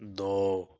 دو